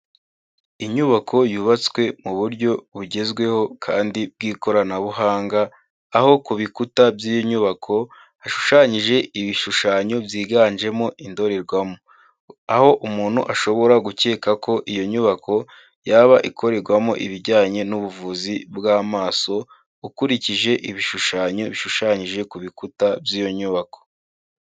Inyubako yubatswe mu buryo bugezweho kandi bw'ikoranabuhanga, aho ku bikuta by'iyi nyubako hashushanyije ibishushanyo byiganjemo indorerwamo, aho umuntu ashobora gukeka ko iyo nyubako yaba ikorerwamo ibijyanye n'ubuvuzi bw'amaso ukurikije ibishushanyo bishushanyije ku bikuta by'iyo nyubako.